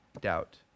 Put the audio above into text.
doubt